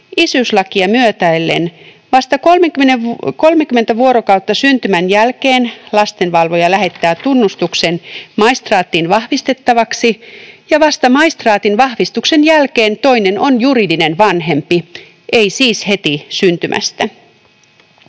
isyyslakia myötäillen, vasta 30 vuorokautta syntymän jälkeen lastenvalvoja lähettää tunnustuksen maistraattiin vahvistettavaksi, ja vasta maistraatin vahvistuksen jälkeen toinen on juridinen vanhempi, ei siis heti syntymästä.